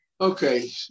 Okay